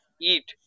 eat